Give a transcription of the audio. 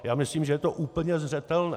Já myslím, že je to úplně zřetelné.